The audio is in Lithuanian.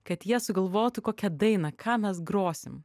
kad jie sugalvotų kokią dainą ką mes grosim